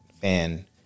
fan